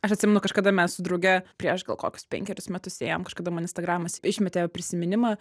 aš atsimenu kažkada mes su drauge prieš gal kokius penkerius metus ėjom kažkada man instagramas išmetė prisiminimą